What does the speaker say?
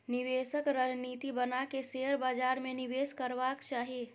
निवेशक रणनीति बना के शेयर बाजार में निवेश करबाक चाही